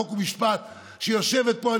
חוק ומשפט שיושבת פה.